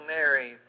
Mary